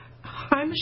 Hi